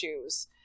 issues